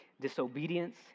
disobedience